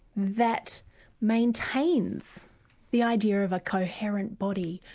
that maintains the idea of a coherent body,